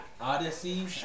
Odyssey